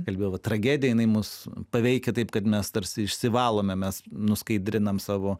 kalbėjau tragediją jinai mus paveikia taip kad mes tarsi išsivalome mes nuskaidrinam savo